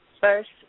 First